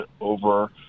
over